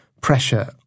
pressure